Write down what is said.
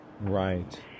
Right